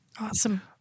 Awesome